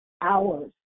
hours